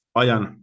ajan